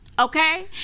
okay